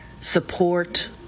support